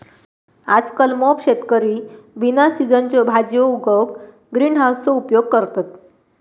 आजकल मोप शेतकरी बिना सिझनच्यो भाजीयो उगवूक ग्रीन हाउसचो उपयोग करतत